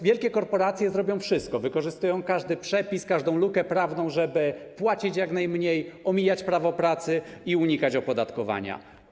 Wielkie korporacje zrobią wszystko, wykorzystają każdy przepis, każdą lukę prawną, żeby płacić jak najmniej, omijać prawo pracy i unikać opodatkowania.